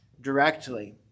directly